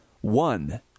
one